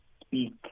speak